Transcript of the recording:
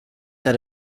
that